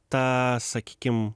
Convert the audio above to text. ta sakykim